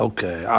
Okay